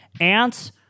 Ants